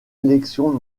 élection